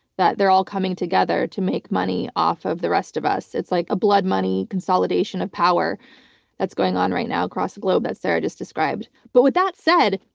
that they're all coming together to make money off of the rest of us. it's like a blood money consolidation of power that's going on right now across the globe that sarah just described. but with that said,